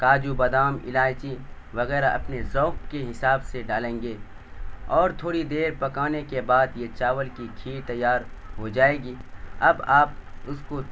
کاجو بادام الائچی وغیرہ اپنے ذوق کے حساب سے ڈالیں گے اور تھوڑی دیر پکانے کے بعد یہ چاول کی کھیر تیار ہو جائے گی اب آپ اس کو